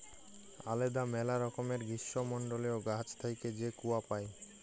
আলেদা ম্যালা রকমের গীষ্মমল্ডলীয় গাহাচ থ্যাইকে যে কূয়া পাই